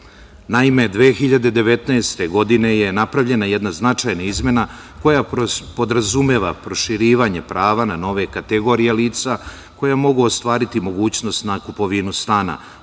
sada. Naime, 2019. godine je napravljena jedna značajna izmena koja podrazumeva proširivanje prava na nove kategorije lica koja mogu ostvariti mogućnost na kupovinu stana